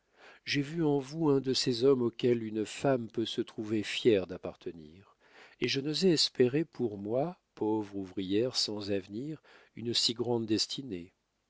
j'ai vu en vous un de ces hommes auxquels une femme peut se trouver fière d'appartenir et je n'osais espérer pour moi pauvre ouvrière sans avenir une si grande destinée